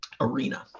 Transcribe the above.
arena